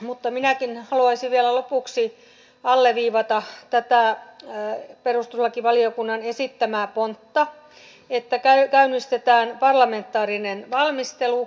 mutta minäkin haluaisin vielä lopuksi alleviivata tätä perustuslakivaliokunnan esittämää pontta että käynnistetään parlamentaarinen valmistelu